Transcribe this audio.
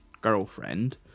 girlfriend